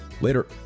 later